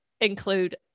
include